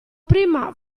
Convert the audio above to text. prima